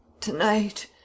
Tonight